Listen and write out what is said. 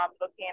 looking